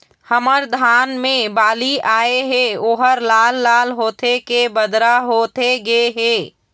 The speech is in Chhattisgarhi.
हमर धान मे बाली आए हे ओहर लाल लाल होथे के बदरा होथे गे हे?